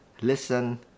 listen